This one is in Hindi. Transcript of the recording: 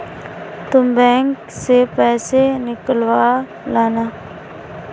तुम बैंक से पैसे निकलवा लाना